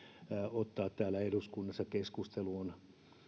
ottaa täällä eduskunnassa keskusteluun